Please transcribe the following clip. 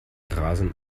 rasen